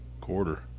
Quarter